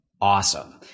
awesome